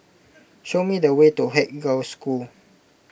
show me the way to Haig Girls' School